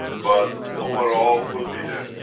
but overall, we'll be there,